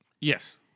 Yes